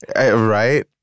right